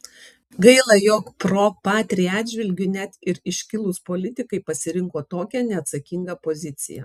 gaila jog pro patria atžvilgiu net ir iškilūs politikai pasirinko tokią neatsakingą poziciją